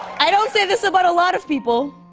i don't say this about a lot of people,